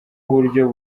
uburyo